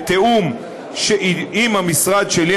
בתיאום עם המשרד שלי,